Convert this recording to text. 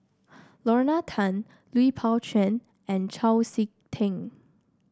Lorna Tan Lui Pao Chuen and Chau SiK Ting